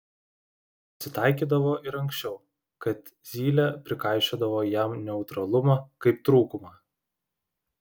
pasitaikydavo ir anksčiau kad zylė prikaišiodavo jam neutralumą kaip trūkumą